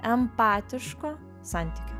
empatiško santykio